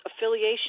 affiliation